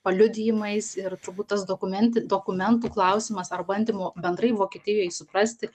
paliudijimais ir turbūt tas dokumenti dokumentų klausimas ar bandymų bendrai vokietijoj suprasti